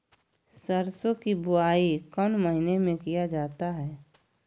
सरसो की बोआई कौन महीने में किया जाता है?